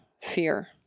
fear